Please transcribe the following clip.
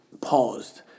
paused